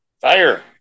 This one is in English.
Fire